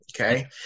okay